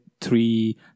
three